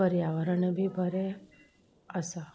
पर्यावरण बी बरें आसा